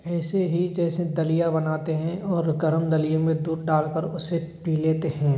ऐसे ही जैसे दलिया बनाते हैं और गर्म दलिए में दूध डालकर उसे पी लेते हैं